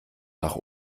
nach